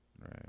Right